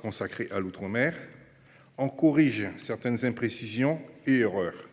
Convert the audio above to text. consacré à l’outre mer, et à en corriger certaines imprécisions et erreurs.